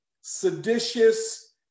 seditious